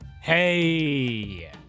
Hey